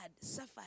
suffered